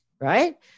right